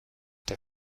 der